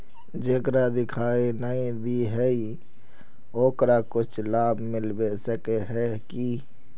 जेकरा दिखाय नय दे है ओकरा कुछ लाभ मिलबे सके है की?